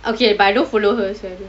okay but I don't follow her so